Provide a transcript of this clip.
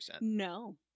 No